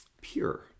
pure